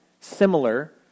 similar